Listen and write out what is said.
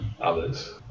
others